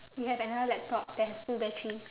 you have another laptop that has full battery